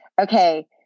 okay